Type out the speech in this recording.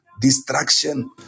distraction